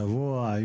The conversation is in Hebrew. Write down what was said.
שבוע,